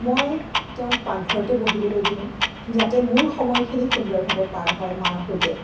মই তেওঁক পাকঘৰতে বহিবলৈ দিওঁ যাতে মোৰ সময়খিনি সুন্দৰভাৱে পাৰ হয় মাৰ সৈতে